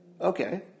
okay